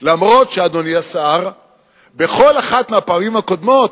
אף שבכל אחת מהפעמים הקודמות,